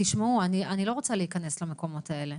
תשמעו, אני לא רוצה להיכנס למקומות האלה.